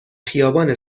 خیابان